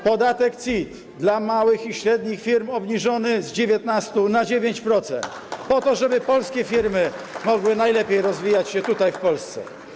podatek CIT dla małych i średnich firm obniżony z 19 na 9% po to, żeby polskie firmy mogły możliwie najlepiej rozwijać się tutaj, w Polsce.